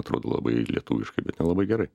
atrodo labai lietuviškai bet nelabai gerai